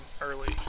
early